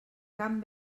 camp